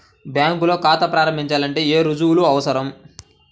బ్యాంకులో ఖాతా ప్రారంభించాలంటే ఏ రుజువులు అవసరం?